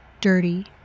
dirty